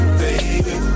baby